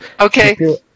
Okay